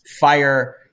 fire